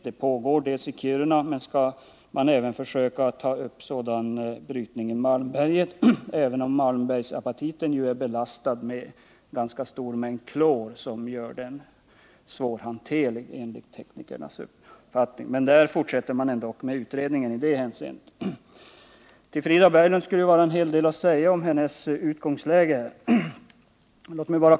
Det pågår sådan i Kiruna, men man skall även försöka ta upp sådan brytning i Malmberget, även om Malmbergsapatiten är belastad med ganska stor mängd klor, som enligt teknikernas uppfattning gör den mindre lönsam. Men i det hänseendet fortsätter ändå utredningen. Det finns en hel del att säga om Frida Berglunds utgångsläge.